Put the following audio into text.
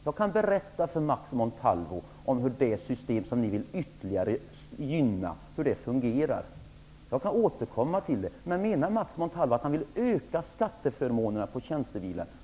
Jag kan berätta för Max Montalvo hur det system som ni vill gynna ytterligare fungerar. Jag kan återkomma till det. Menar Max Montalvo att han vill öka skatteförmånerna på tjänstebilar?